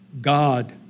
God